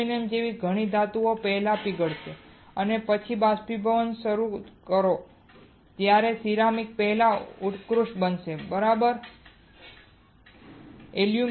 aluminium જેવી ઘણી ધાતુઓ પહેલા ઓગળશે અને પછી બાષ્પીભવન કરવાનું શરૂ કરો જ્યારે સિરામિક્સ પહેલા ઉત્કૃષ્ટ બનશે બરાબર ઉત્કૃષ્ટ કરશે